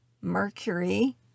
Mercury